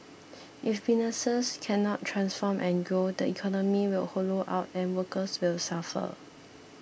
if businesses cannot transform and grow the economy will hollow out and workers will suffer